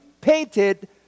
painted